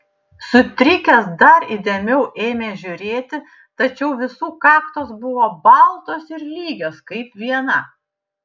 sutrikęs dar įdėmiau ėmė žiūrėti tačiau visų kaktos buvo baltos ir lygios kaip viena